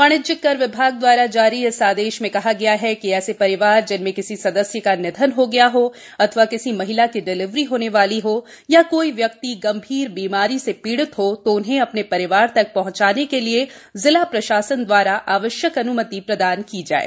वाणिज्यिक कर विभाग द्वारा जारी इस आदेश में कहा गया है कि ऐसे परिवार जिनमें किसी सदस्य का निधन हो गया हो अथवा किसी महिला की डिलेवरी होने वाली हो अथवा कोई व्यक्ति गंभीर बीमारी से पीड़ित हो तो उन्हें अपने परिवार तक पहुँचाने के लिये जिला प्रशासन द्वारा आवश्यक अन्मति प्रदान की जाये